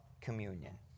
communion